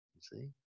See